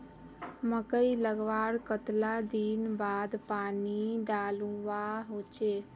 मकई लगवार कतला दिन बाद पानी डालुवा होचे?